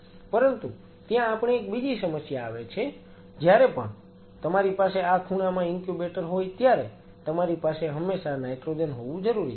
પરંતુ ત્યાં આપણે એક બીજી સમસ્યામાં આવે છે જ્યારે પણ તમારી પાસે આ ખૂણામાં ઇન્ક્યુબેટર હોય ત્યારે તમારી પાસે હંમેશા નાઈટ્રોજન હોવું જરૂરી છે